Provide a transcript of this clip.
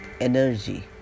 energy